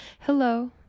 hello